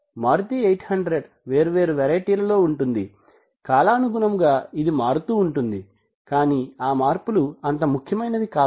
మారుతి 800 వేర్వేరు వెరైటీ లలో ఉంటుంది కాలానుగుణముగా ఇది మారుతూ ఉంటుంది కానీ ఆ మార్పులు అంత ముఖ్యమైనవి కాదు